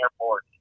airport